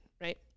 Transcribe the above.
right